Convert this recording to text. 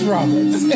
Roberts